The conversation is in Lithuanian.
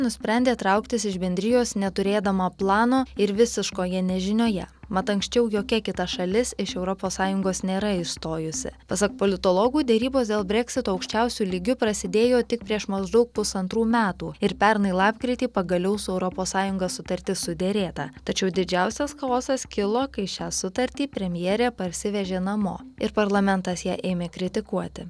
nusprendė trauktis iš bendrijos neturėdama plano ir visiškoje nežinioje mat anksčiau jokia kita šalis iš europos sąjungos nėra išstojusi pasak politologų derybos dėl breksito aukščiausiu lygiu prasidėjo tik prieš maždaug pusantrų metų ir pernai lapkritį pagaliau su europos sąjunga sutartis suderėta tačiau didžiausias chaosas kilo kai šią sutartį premjerė parsivežė namo ir parlamentas ją ėmė kritikuoti